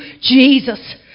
Jesus